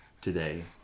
today